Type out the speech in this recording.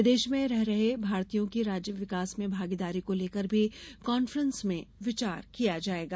विदेश में रह रहे भारतीयों की राज्य में विकास में भागीदारी को लेकर भी कान्फ्रेंस में विचार किया जायेगा